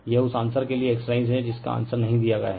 यह उस आंसरके लिए एक्सरसाइज़ हैं जिसका आंसर नही दिया गया हैं